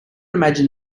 imagine